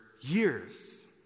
years